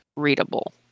readable